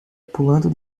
pulando